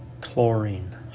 chlorine